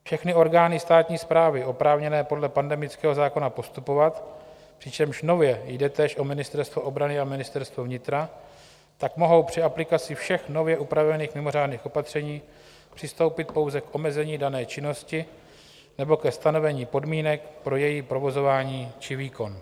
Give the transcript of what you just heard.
Všechny orgány státní správy oprávněné podle pandemického zákona postupovat, přičemž nově jde též o Ministerstvo obrany a Ministerstvo vnitra, tak mohou při aplikaci všech nově upravených mimořádných opatření přistoupit pouze k omezení dané činnosti nebo ke stanovení podmínek pro její provozování či výkon.